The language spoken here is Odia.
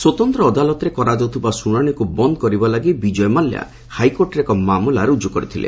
ସ୍ୱତନ୍ତ୍ର ଅଦାଲତରେ କରାଯାଉଥିବା ଶୁଣାଶିକୁ ବନ୍ଦ୍ କରିବା ଲାଗି ବିଜୟ ମାଲ୍ୟା ହାଇକୋର୍ଟରେ ଏକ ମାମଲା ରୁଜୁ କରିଥିଲେ